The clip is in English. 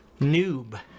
Noob